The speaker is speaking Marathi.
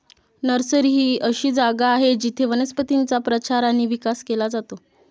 नर्सरी ही अशी जागा आहे जिथे वनस्पतींचा प्रचार आणि विकास केला जातो